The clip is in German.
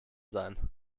sein